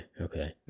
okay